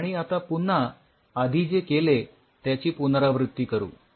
आणि आता पुन्हा आधी जे केले त्याची पुनरावृत्ती करू